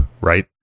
right